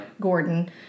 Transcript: Gordon